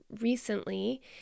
recently